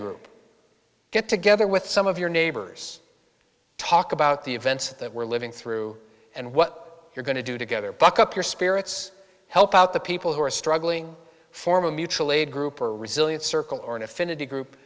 group get together with some of your neighbors talk about the events that we're living through and what you're going to do together buck up your spirits help out the people who are struggling for mutual aid group or resilient circle or an affinity group